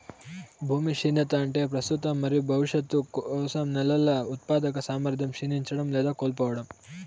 భూమి క్షీణత అంటే ప్రస్తుత మరియు భవిష్యత్తు కోసం నేలల ఉత్పాదక సామర్థ్యం క్షీణించడం లేదా కోల్పోవడం